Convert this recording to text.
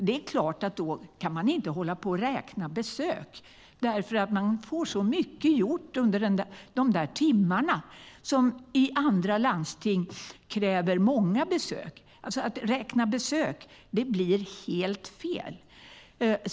Det är klart att man då inte kan hålla på att räkna besök, för man får så mycket gjort under de där timmarna - som i andra landsting kräver många besök. Att räkna besök blir alltså helt fel.